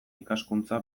ikaskuntza